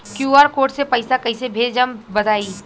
QR code से पईसा कईसे भेजब बताई?